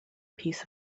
piece